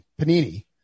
panini